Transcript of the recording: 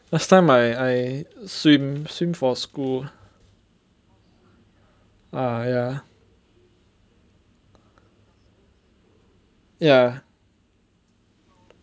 last time I I swim swim for school ah ya ya